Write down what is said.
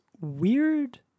weird